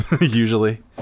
usually